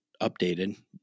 updated